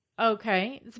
Okay